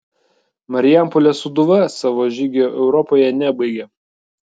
marijampolės sūduva savo žygio europoje nebaigė